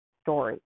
story